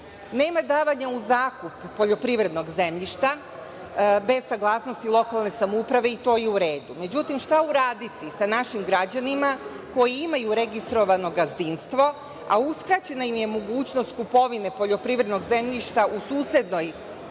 davanja u zakup poljoprivrednog zemljišta bez saglasnosti lokalne samouprave i to je u redu, međutim šta uraditi sa našim građanima koji imaju registrovano gazdinstvo, a uskraćena im je mogućnost kupovine poljoprivrednog zemljišta u susednoj